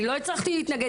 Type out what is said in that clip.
אני לא הצלחתי להתנגד,